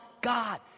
God